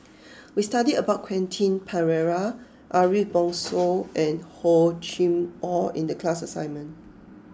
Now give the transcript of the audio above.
we studied about Quentin Pereira Ariff Bongso and Hor Chim Or in the class assignment